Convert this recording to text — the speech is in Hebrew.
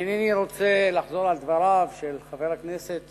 אני אינני רוצה לחזור על דבריו של חבר הכנסת